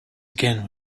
again